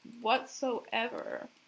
Whatsoever